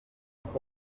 ubwo